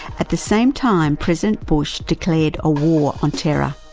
at the same time, president bush declared a war on terror,